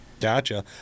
Gotcha